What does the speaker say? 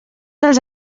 dels